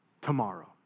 Tomorrow